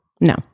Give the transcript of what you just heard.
no